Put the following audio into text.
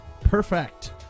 perfect